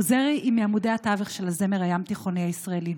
עוזרי היא מעמודי התווך של הזמר הים-תיכוני הישראלי.